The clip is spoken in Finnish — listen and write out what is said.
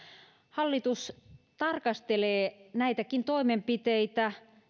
hallitus tarkastelee näitäkin toimenpiteitä